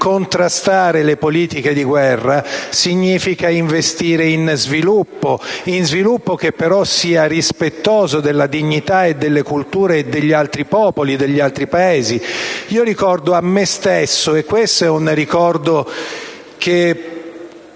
contrastare le politiche di guerra significa investire in sviluppo, che però sia rispettoso della dignità e delle culture degli altri popoli e degli altri Paesi. Rammento a me stesso, e questo è un ricordo che